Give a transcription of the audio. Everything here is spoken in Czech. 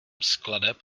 skladeb